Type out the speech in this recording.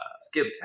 skip